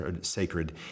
sacred